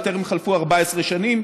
בטרם חלפו 14 שנים,